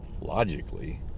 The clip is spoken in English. logically